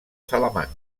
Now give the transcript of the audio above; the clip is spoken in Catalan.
salamanca